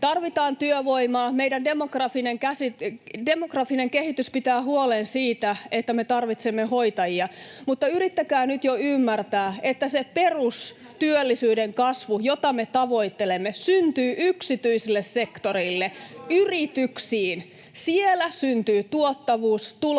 tarvitaan työvoimaa. Meidän demografinen kehitys pitää huolen siitä, että me tarvitsemme hoitajia. Mutta yrittäkää nyt jo ymmärtää, että se perus- työllisyyden kasvu, jota me tavoittelemme, syntyy yksityiselle sektorille, yrityksiin. Siellä syntyy tuottavuus, tulonmuodostus